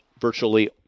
virtually